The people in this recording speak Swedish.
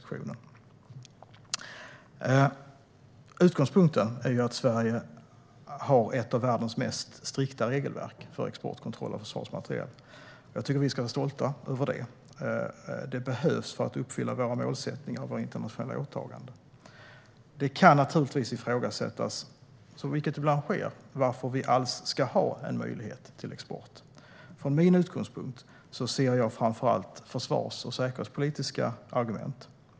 Utgångspunkten är att Sverige har ett av världens mest strikta regelverk för exportkontroll av försvarsmateriel, och jag tycker att vi ska vara stolta över det. Det behövs för att vi ska uppfylla våra målsättningar och våra internationella åtaganden. Det kan naturligtvis ifrågasättas, vilket ibland sker, varför vi alls ska ha en möjlighet till export. Jag ser framför allt försvars och säkerhetspolitiska argument för det.